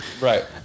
Right